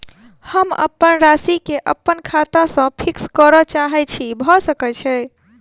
हम अप्पन राशि केँ अप्पन खाता सँ फिक्स करऽ चाहै छी भऽ सकै छै?